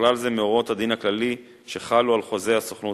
ובכלל זה מהוראות הדין הכללי שחלו על חוזי הסוכנות